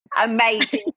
amazing